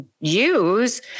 use